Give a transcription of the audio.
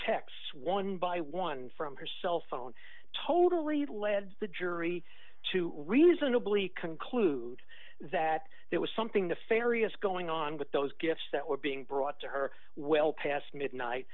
texts one by one from her cell phone totally led the jury to reasonably conclude that there was something the ferias going on with those gifts that were being brought to her well past midnight